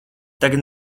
tagad